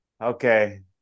Okay